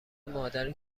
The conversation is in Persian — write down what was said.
مادری